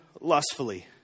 lustfully